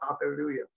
hallelujah